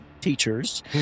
teachers